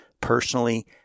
personally